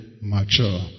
mature